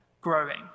growing